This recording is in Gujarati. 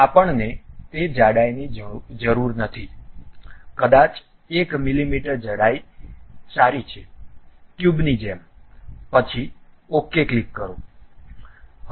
અમને તે જાડાઈની જરૂર નથી કદાચ 1 મીમી જાડાઈ સારી છે ટ્યુબની જેમ પછી OK ક્લિક કરો